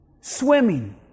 swimming